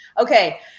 Okay